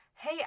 Hey